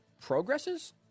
progresses